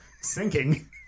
sinking